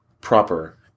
proper